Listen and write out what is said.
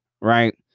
right